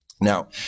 now